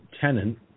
tenant